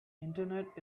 internet